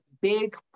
big